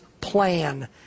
plan